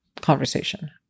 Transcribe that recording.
conversation